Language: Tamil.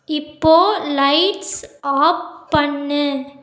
இப்போ லைட்ஸ் ஆஃப் பண்ணு